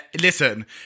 Listen